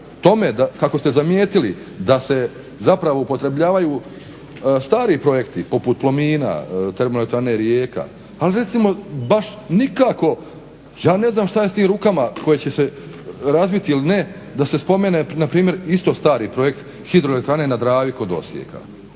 kako ste zamijetili da se zapravo upotrebljavaju stari projekti poput Plomina, TE Rijeka ali recimo baš nikako, ja ne znam šta je s tim rukama koje će se razviti ili ne da se spomene npr. isto stari projekt HE na Dravi kod Osijeka.